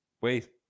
wait